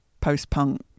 post-punk